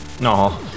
No